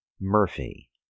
murphy